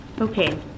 Okay